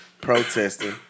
protesting